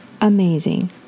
Amazing